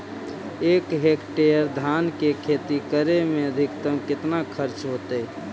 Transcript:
एक हेक्टेयर धान के खेती करे में अधिकतम केतना खर्चा होतइ?